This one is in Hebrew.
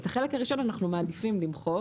את החלק הראשון אנחנו מעדיפים למחוק,